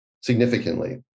significantly